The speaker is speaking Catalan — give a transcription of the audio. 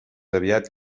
aviat